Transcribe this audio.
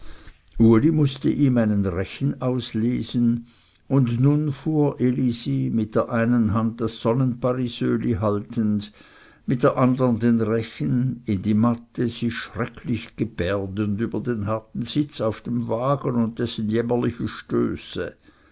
uli mußte ihm einen rechen auslesen und nun fuhr elisi mit der einen hand das sonnenparesöli haltend mit der andern den rechen in die matte sich schrecklich gebärdend über den harten sitz auf dem wagen und dessen jämmerliche stöße